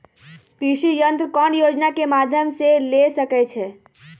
कृषि यंत्र कौन योजना के माध्यम से ले सकैछिए?